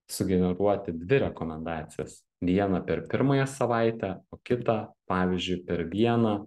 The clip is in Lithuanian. sugeneruoti dvi rekomendacijas vieną per pirmąją savaitę o kitą pavyzdžiui per vieną